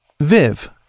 Viv